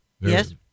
Yes